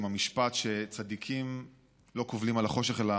המשפט שצדיקים לא קובלים על החושך אלא